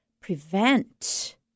prevent